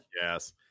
Yes